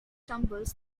tumbles